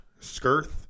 Skirth